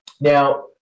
now